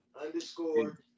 underscore